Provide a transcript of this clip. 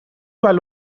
val